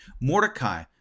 Mordecai